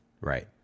right